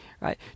Right